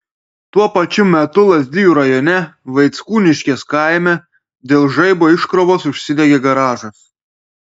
tuo pačiu metu lazdijų rajone vaickūniškės kaime dėl žaibo iškrovos užsidegė garažas